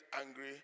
angry